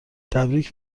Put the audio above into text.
تبریک